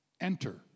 enter